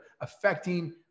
affecting